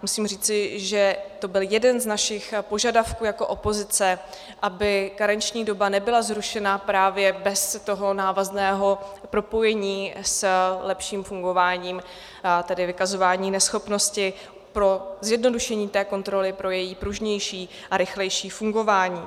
Musím říci, že to byl jeden z našich požadavků jako opozice, aby karenční doba nebyla zrušena právě bez toho návazného propojení s lepším fungováním vykazování neschopnosti pro zjednodušení té kontroly, pro její pružnější a rychlejší fungování.